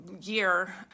year